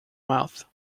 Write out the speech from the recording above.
mouth